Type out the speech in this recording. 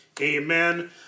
Amen